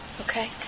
okay